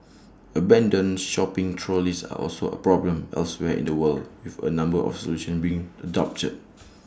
abandoned shopping trolleys are also A problem elsewhere in the world with A number of solutions being adopted